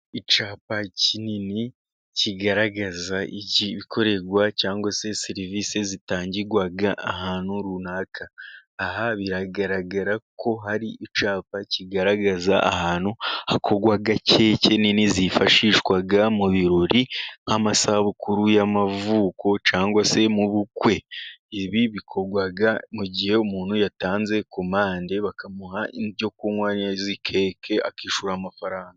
Icyapa kinini kigaragaza igikorerwa cyangwa se serivisi zitangirwa ahantu runaka. Aha biragaragara ko hari icyapa kigaragaza ahantu hakorwa keke kinini zifashishwa mu birori nk'amasabukuru y'amavuko cyangwa se mu bukwe. Ibi bikorwa mu gihe umuntu yatanze komande, bakamuha ibyo kunywa n'izi keke akishyura amafaranga.